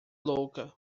louca